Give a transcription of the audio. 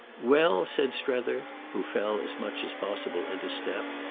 well, said strether, who fell as much as possible into step,